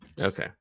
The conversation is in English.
Okay